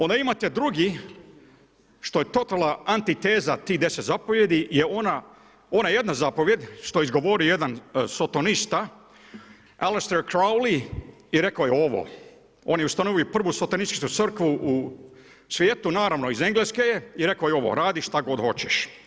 Onda imate drugi, što je totalno antiteza tih 10 zapovjedi je ona jedna zapovijed što izgovori jedan sotonista Alister Crowley i rekao je ovo, on je ustanovio prvu sotonističku crkvu u svijetu, naravno, iz Engleske je i rekao je ovo: radi što god hoćeš.